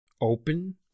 Open